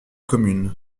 commune